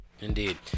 Indeed